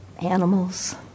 animals